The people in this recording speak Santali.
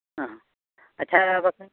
ᱚ ᱟᱪᱪᱷᱟ ᱵᱟᱠᱷᱟᱱ